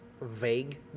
vague